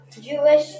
Jewish